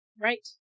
Right